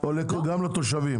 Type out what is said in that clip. או גם לתושבים?